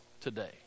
today